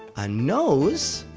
a nose.